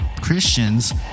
Christians